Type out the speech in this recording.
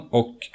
och